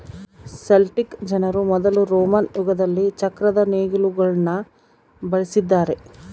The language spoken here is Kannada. ಸೆಲ್ಟಿಕ್ ಜನರು ಮೊದಲು ರೋಮನ್ ಯುಗದಲ್ಲಿ ಚಕ್ರದ ನೇಗಿಲುಗುಳ್ನ ಬಳಸಿದ್ದಾರೆ